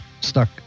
stuck